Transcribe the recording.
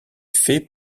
faits